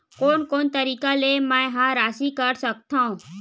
कोन कोन तरीका ले मै ह राशि कर सकथव?